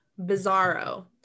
bizarro